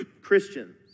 Christians